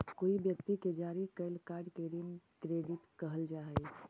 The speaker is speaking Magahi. कोई व्यक्ति के जारी कैल कार्ड के ऋण क्रेडिट कहल जा हई